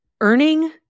Earning